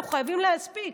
אנחנו חייבים להספיק.